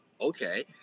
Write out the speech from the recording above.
Okay